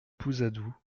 pousadou